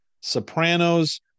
sopranos